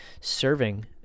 serving